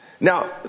Now